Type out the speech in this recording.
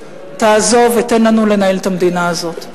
תעזוב ותן לנו לנהל את המדינה הזאת.